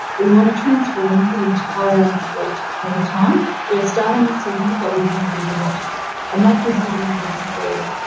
we want to transform the entire fleet over time. we're starting with sydney, but we want to do the lot and that gives you the numbers there.